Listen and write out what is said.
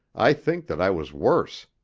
i think that i was worse.